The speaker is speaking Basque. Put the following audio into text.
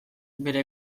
bere